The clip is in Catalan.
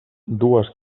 dues